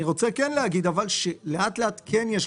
אבל אני כן רוצה להגיד שלאט לאט כן יש,